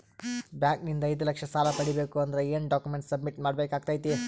Bank ನಿಂದ ಐದು ಲಕ್ಷ ಸಾಲ ಪಡಿಬೇಕು ಅಂದ್ರ ಏನ ಡಾಕ್ಯುಮೆಂಟ್ ಸಬ್ಮಿಟ್ ಮಾಡ ಬೇಕಾಗತೈತಿ?